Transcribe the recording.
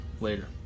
later